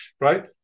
right